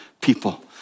people